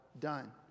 done